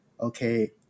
okay